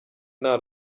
nta